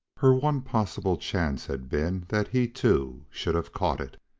her one possible chance had been that he, too, should have caught it.